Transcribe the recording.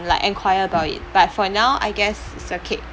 like enquire about it but for now I guess it's okay